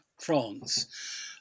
France